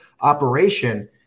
operation